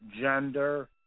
gender